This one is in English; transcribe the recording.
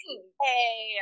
Hey